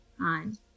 on